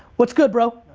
what's good, bro?